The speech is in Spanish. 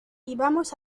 íbamos